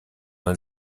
man